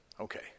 okay